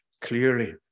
clearly